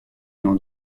nom